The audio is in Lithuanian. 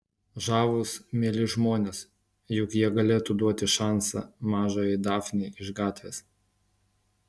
žavūs mieli žmonės juk jie galėtų duoti šansą mažajai dafnei iš gatvės